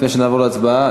לפני שנעבור להצבעה,